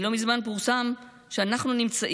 לא מזמן פורסם שאנחנו נמצאים,